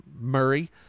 Murray